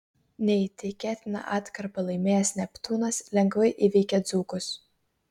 neįtikėtiną atkarpą laimėjęs neptūnas lengvai įveikė dzūkus